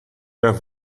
der